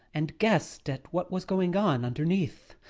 and guessed at what was going on underneath.